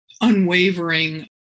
unwavering